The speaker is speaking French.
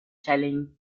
challenge